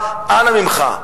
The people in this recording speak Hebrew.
ומכבודך, אנא ממך,